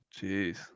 Jeez